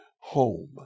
home